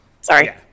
Sorry